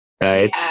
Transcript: right